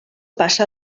passa